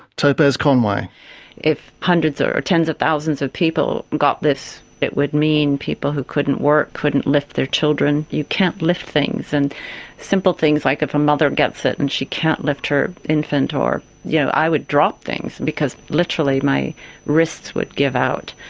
topaz conway if hundreds or or tens of thousands of people got this it would mean people who couldn't work, couldn't lift their children. you can't lift things, and simple things like if a mother and gets it and she can't lift her infant, or you know i would drop things because literally my wrists would give out.